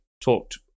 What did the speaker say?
talked